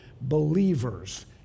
believers